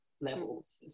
levels